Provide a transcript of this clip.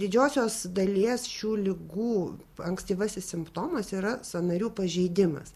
didžiosios dalies šių ligų ankstyvasis simptomas yra sąnarių pažeidimas